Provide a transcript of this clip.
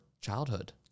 childhood